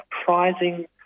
surprising